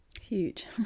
huge